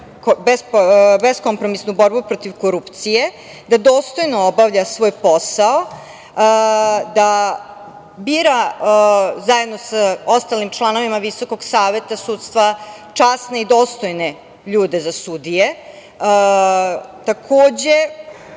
beskompromisnu borbu protiv korupcije, da dostojno obavlja svoj posao, da bira, zajedno sa ostalim članovima Visokog saveta sudstva, časne i dostojne ljude za sudije. Takođe,